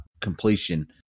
completion